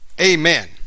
Amen